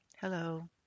Hello